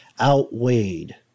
outweighed